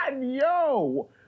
yo